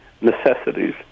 necessities